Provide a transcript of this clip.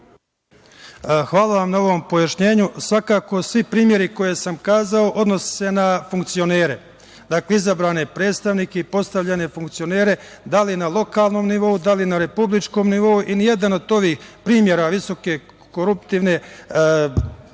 Zahvaljujem na ovom pojašnjenju. Svakako, svi primeri koje sam kazao odnose se na funkcionere, izabrane predstavnike i postavljene funkcionere, da li na lokalnom nivou, da li na republičkom nivou i nijedan od ovih primera visoke koruptivne razmere